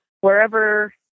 wherever